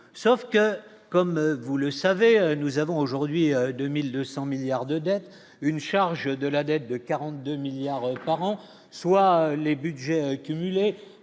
sauf que comme vous le savez, nous avons aujourd'hui 2200 milliards de dettes, une charge de la dette de 42 milliards par an, soit les Budgets cumulés